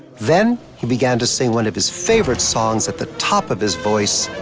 then he began to sing one of his favorite songs at the top of his voice,